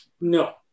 No